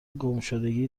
گمشدگی